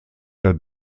der